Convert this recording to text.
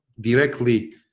directly